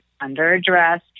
under-addressed